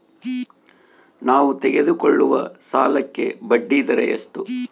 ನಾವು ತೆಗೆದುಕೊಳ್ಳುವ ಸಾಲಕ್ಕೆ ಬಡ್ಡಿದರ ಎಷ್ಟು?